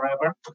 forever